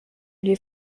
les